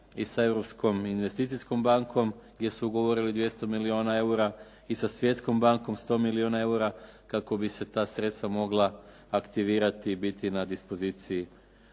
i sa Europskom investicijskom bankom jer su ugovorili 200 milijuna eura i sa Svjetskom bankom 100 milijuna eura kako bi se ta sredstva mogla aktivirati i biti na dispoziciji